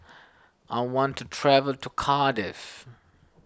I want to travel to Cardiff